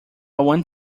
want